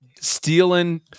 stealing